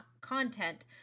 content